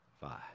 five